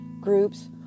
groups